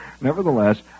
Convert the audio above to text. nevertheless